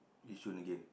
Yishun again